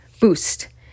boost